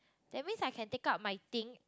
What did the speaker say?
that means I can take out my thing